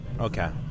Okay